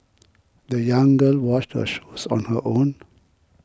the young girl washed her shoes on her own